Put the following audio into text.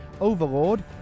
Overlord